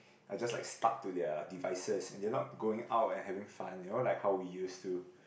I'll just like stuck to their devices and they're not going out and having fun you know like how we used to